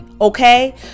okay